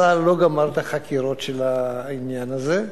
צה"ל עוד לא גמר את החקירות של העניין הזה.